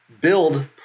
build